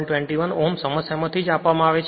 21 ohm સમસ્યામાંથી જઆપવામાં આવે છે